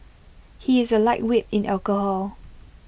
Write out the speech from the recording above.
he is A lightweight in alcohol